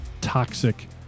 toxic